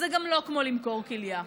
זה גם לא כמו למכור כליה: